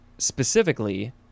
Specifically